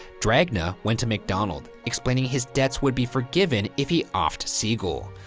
dragna went to macdonald explaining his debts would be forgiven if he offed siegel.